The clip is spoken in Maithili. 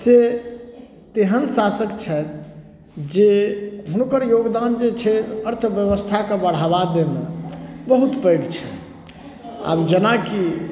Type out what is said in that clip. से तेहन शासक छथि जे हुनकर योगदान जे छै अर्थब्यवस्थाकेॅं बढ़ावा देनाइ बहुत पैघ छनि आब जेनाकि